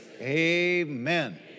Amen